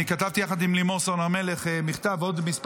אני כתבתי יחד עם לימור סון הר מלך ועם עוד כמה